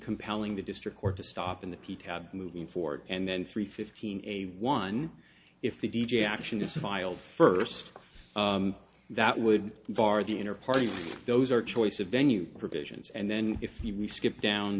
compelling the district court to stop in the p t moving forward and then three fifteen a one if the d j action is filed first that would bar the inner party those are choice of venue provisions and then if you re skip down